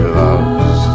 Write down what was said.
loves